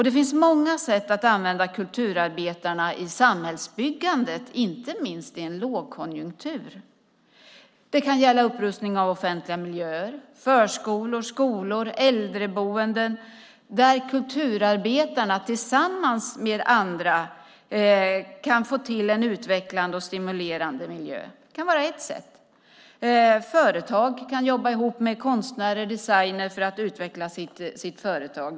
Det finns många sätt att använda kulturarbetarna i samhällsbyggandet, inte minst i en lågkonjunktur. Det kan gälla upprustning av offentliga miljöer, förskolor, skolor och äldreboenden, där kulturarbetarna tillsammans med andra kan få till en utvecklande och stimulerande miljö. Det kan vara ett sätt. Företag kan jobba ihop med konstnärer och designer för att utveckla företagen.